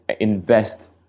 invest